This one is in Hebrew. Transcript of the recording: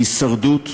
ההישרדות מובילה,